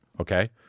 okay